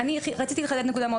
אני רציתי לחדד נקודה.